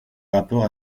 rapport